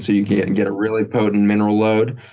so you get and get a really potent mineral load.